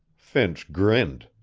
finch grinned.